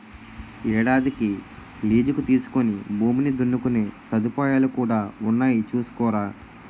ఏడాదికి లీజుకి తీసుకుని భూమిని దున్నుకునే సదుపాయాలు కూడా ఉన్నాయి చూసుకోరా